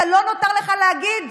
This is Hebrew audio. לא נותר לך אלא להגיד: